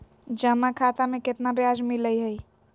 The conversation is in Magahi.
जमा खाता में केतना ब्याज मिलई हई?